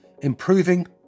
improving